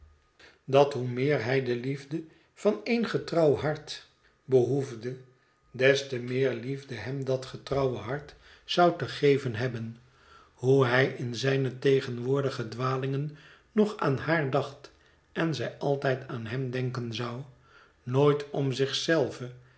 dat hoe meer hij de liefde van één getrouw hart behoefde des te meer liefde hem dat getrouwe hart zou te geven hebben hoe hij in zijne tegenwoordige dwalingen nog aan haar dacht en zij altijd aan hem denken zou nooit om